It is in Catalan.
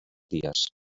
dies